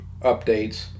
updates